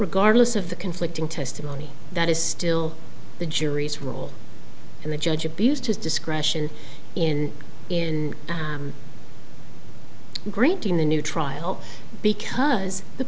regardless of the conflicting testimony that is still the jury's role and the judge abused his discretion in in greeting the new trial because the